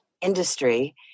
industry